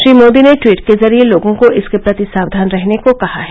श्री मोदी ने टवीट के जरिए लोगों को इसके प्रति साक्यान रहने को कहा है